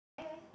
!yay!